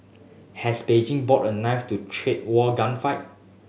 has Beijing brought a knife to a trade war gunfight